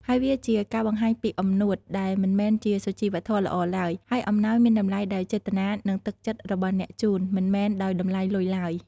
ហើយវាជាការបង្ហាញពីអំនួត ដែលមិនមែនជាសុជីវធម៌ល្អឡើយ ហើយអំណោយមានតម្លៃដោយចេតនា និងទឹកចិត្តរបស់អ្នកជូន មិនមែនដោយតម្លៃលុយឡើយ។